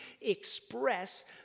express